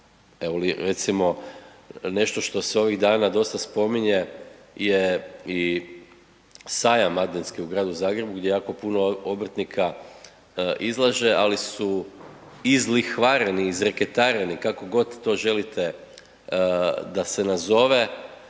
evo recimo nešto što se ovih dana dosta spominje je i sajam adventski u gradu Zagrebu gdje jako puno obrtnika izlaže ali su izlihvareni, izreketareni, kako god to želite da se nazove